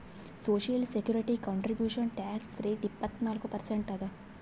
social security contribution tax rate ಇಪ್ಪತ್ನಾಲ್ಕು percent ಅದ